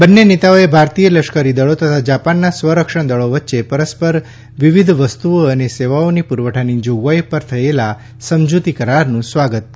બંને નેતાઓએ ભારતીય લશ્કરીદળો તથા જાપાનના સ્વરક્ષણ દળી વચ્ચે પરસ્પર વિવિધ વસ્તુઓ અને સેવાઓની પુરવઠાની જોગવાઇ પરના થયેલા સમજૂતી કરારનું સ્વાગત કર્યું હતું